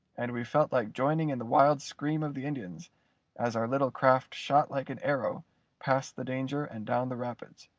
and we felt like joining in the wild scream of the indians as our little craft shot like an arrow past the danger and down the rapids,